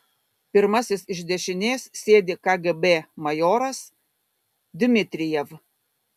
pirmasis iš dešinės sėdi kgb majoras dmitrijev